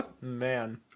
man